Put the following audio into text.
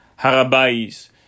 Harabais